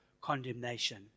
condemnation